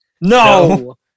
No